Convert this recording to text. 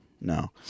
No